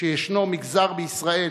שיש מגזר בישראל